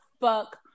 fuck